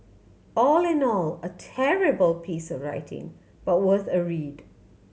all in all a terrible piece of writing but worth a read